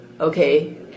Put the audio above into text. Okay